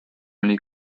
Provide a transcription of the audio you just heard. oli